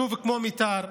שביישוב כמו מיתר,